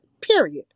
period